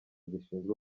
zishinzwe